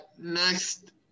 next